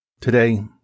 Today